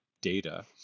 data